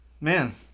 man